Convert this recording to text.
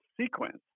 sequence